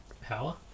power